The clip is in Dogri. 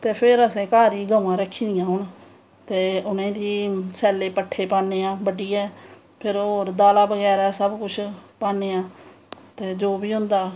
ते हून असैं घर गै गवां रक्खी दियां न उनेंगी सैल्ले पट्ठे पानें आं बड्डियै फिर होर दाला बगैरा सब कुश पान्नें आं ते जो बी होंदा